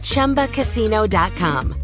ChumbaCasino.com